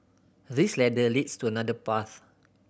this ladder leads to another path